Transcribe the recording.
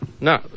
No